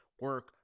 Work